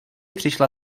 přišla